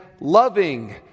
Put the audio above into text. loving